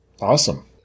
Awesome